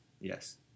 Yes